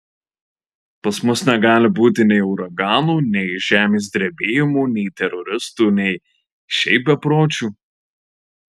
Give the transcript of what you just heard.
pas mus negali būti nei uraganų nei žemės drebėjimų nei teroristų nei šiaip bepročių